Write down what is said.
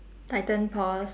tighten pores